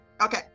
Okay